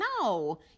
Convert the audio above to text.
No